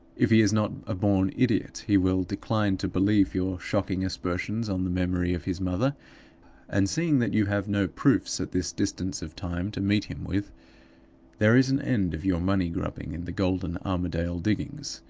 if he is not a born idiot he will decline to believe your shocking aspersions on the memory of his mother and seeing that you have no proofs at this distance of time to meet him with there is an end of your money-grubbing in the golden armadale diggings.